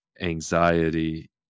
anxiety